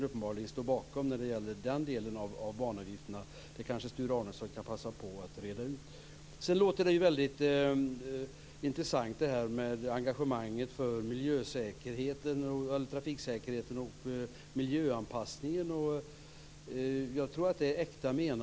Uppenbarligen står vänstern bakom den delen av banavgifterna. Det kanske Sture Arnesson kan passa på att reda ut. Sedan låter det väldigt intressant med engagemanget för trafiksäkerhet och miljöanpassning. Jag tror att det är äkta menat.